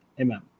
amen